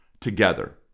together